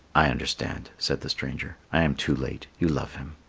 i understand, said the stranger. i am too late you love him.